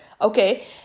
okay